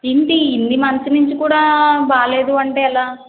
ఏంటి ఇన్ని మంత్స్ నుంచి కూడా బాగాలేదు అంటే ఎలా